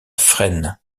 fresnes